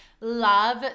love